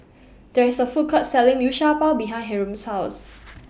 There IS A Food Court Selling Liu Sha Bao behind Hyrum's House